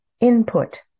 input